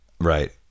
Right